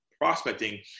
prospecting